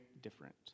different